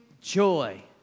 joy